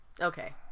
Okay